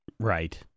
Right